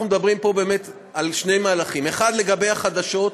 אנחנו מדברים פה על שני מהלכים: 1. לגבי החדשות,